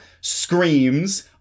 screams